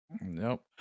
Nope